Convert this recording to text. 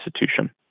institution